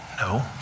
No